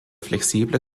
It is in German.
flexible